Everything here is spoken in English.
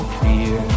fear